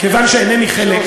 כיוון שאינני חלק,